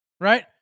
right